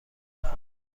کنم